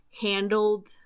handled